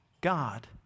God